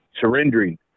surrendering